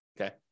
okay